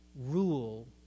rule